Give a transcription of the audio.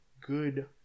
good